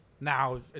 Now